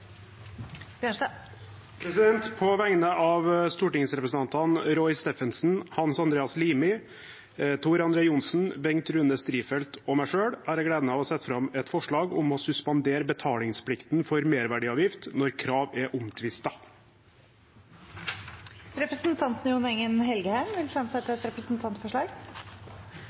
et representantforslag. På vegne av stortingsrepresentantene Roy Steffensen, Hans Andreas Limi, Tor André Johnsen, Bengt Rune Strifeldt og meg selv har jeg gleden av å sette fram et forslag om å suspendere betalingsplikten for merverdiavgift når krav er omtvistet. Representanten Jon Engen-Helgheim vil fremsette et representantforslag.